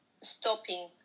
Stopping